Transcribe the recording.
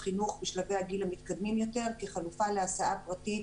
החינוך בשלבי הגיל המתקדמים יותר כחלופה להסעה פרטית